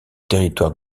territoire